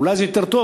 אולי זה יותר טוב,